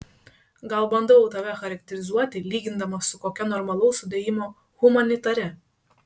gal bandau tave charakterizuoti lygindamas su kokia normalaus sudėjimo humanitare